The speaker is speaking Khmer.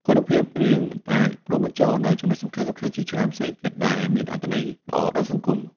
គុណភាពរឿងអាចរួមបញ្ចូលនូវចំណុចសំខាន់ៗជាច្រើនផ្សេងទៀត ដែលមានអត្តន័យល្អដល់សង្គម។